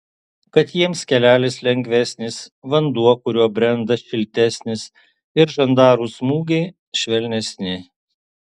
kad jiems kelelis lengvesnis vanduo kuriuo brenda šiltesnis ir žandarų smūgiai švelnesni